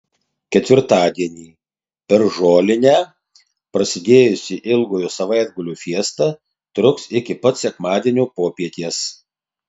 ketvirtadienį per žolinę prasidėjusi ilgojo savaitgalio fiesta truks iki pat sekmadienio popietės